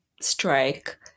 strike